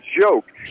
joke